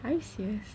are you serious